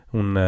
un